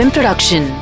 Production